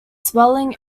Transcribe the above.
swelling